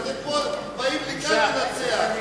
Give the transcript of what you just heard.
אתם באים לכאן לנצח.